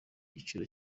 giciro